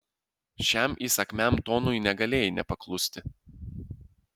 šiam įsakmiam tonui negalėjai nepaklusti